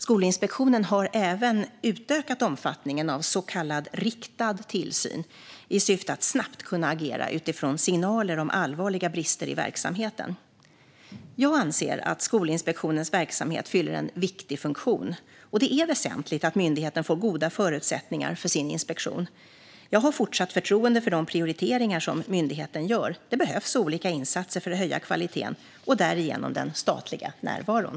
Skolinspektionen har även utökat omfattningen av så kallad riktad tillsyn i syfte att snabbt kunna agera utifrån signaler om allvarliga brister i verksamheten. Jag anser att Skolinspektionens verksamhet fyller en viktig funktion, och det är väsentligt att myndigheten får goda förutsättningar för sin inspektion. Jag har fortsatt förtroende för de prioriteringar som myndigheten gör. Det behövs olika insatser för att höja kvaliteten och därigenom den statliga närvaron.